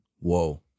Whoa